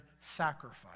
sacrifice